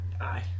aye